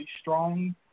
strong